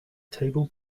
table